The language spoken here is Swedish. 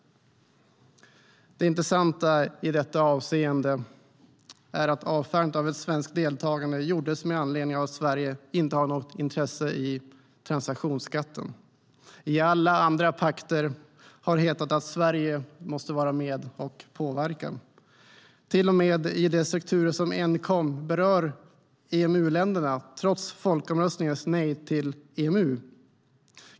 Det intressanta i detta avseende är att avfärdandet av ett svenskt deltagande gjordes med anledning av att Sverige inte har något intresse i transaktionsskatten. I alla andra pakter har det hetat att Sverige måste vara med och påverka, till och med i de strukturer som enkom berör EMU-länderna, trots folkomröstningens nej till EMU.